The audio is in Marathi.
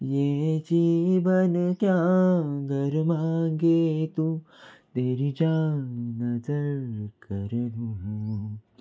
ये जीवन क्या गर माँगे तू मेरी जाँ नजर कर दूँ